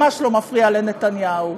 ממש לא מפריעה לנתניהו.